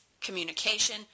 communication